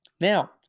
Now